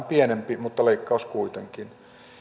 pienempi mutta leikkaus kuitenkin